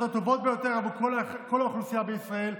הטובות ביותר עבור כל האוכלוסייה בישראל,